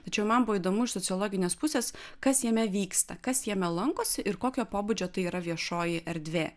tačiau man buvo įdomu iš sociologinės pusės kas jame vyksta kas jame lankosi ir kokio pobūdžio tai yra viešoji erdvė